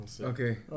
Okay